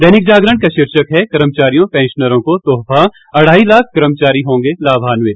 दैनिक जागरण का शीर्षक है कर्मचारियों पेंशनरों को तोहफा अढ़ाई लाख कर्मचारी होंगे लाभान्वित